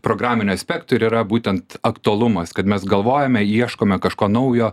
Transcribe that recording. programinių aspektų ir yra būtent aktualumas kad mes galvojame ieškome kažko naujo